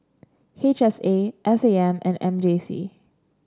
H S A S A M and M J C